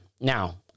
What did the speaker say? Now